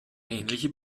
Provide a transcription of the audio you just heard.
ähnliche